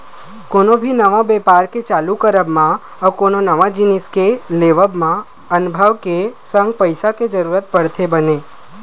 कोनो भी नवा बेपार के चालू करब मा अउ कोनो नवा जिनिस के लेवब म अनभव के संग पइसा के जरुरत पड़थे बने